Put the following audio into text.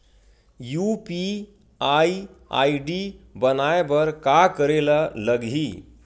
UPI ID बनाये बर का करे ल लगही?